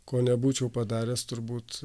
ko nebūčiau padaręs turbūt